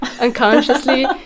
unconsciously